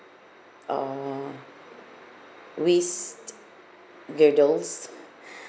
uh waist girdles